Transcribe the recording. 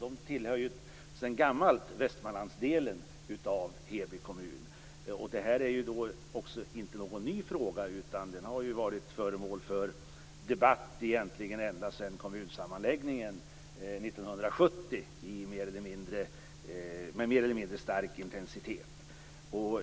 De tillhör sedan gammalt Västmanlandsdelen av Heby kommun. Detta är inte någon ny fråga, utan den har varit föremål för debatt ända sedan kommunsammanläggningen 1970 med mer eller mindre stark intensitet.